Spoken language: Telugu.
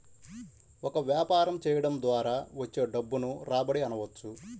ఒక వ్యాపారం చేయడం ద్వారా వచ్చే డబ్బును రాబడి అనవచ్చు